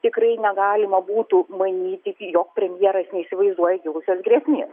tikrai negalima būtų manyti jog premjeras neįsivaizduoja kilusios grėsmės